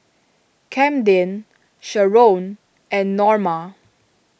Camden Sheron and Norma